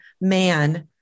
man